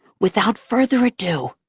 without further ado,